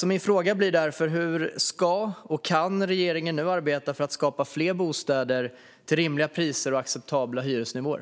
Min fråga blir därför: Hur kan och ska regeringen nu arbeta för att skapa fler bostäder till rimliga priser och med acceptabla hyresnivåer?